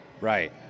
Right